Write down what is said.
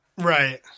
right